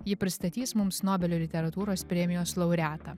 ji pristatys mums nobelio literatūros premijos laureatą